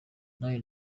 nanjye